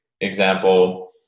example